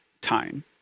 time